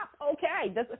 Okay